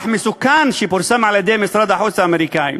מסוכן שפורסם על-ידי משרד החוץ האמריקני.